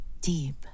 deep